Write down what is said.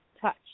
touch